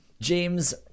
James